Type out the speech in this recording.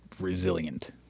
resilient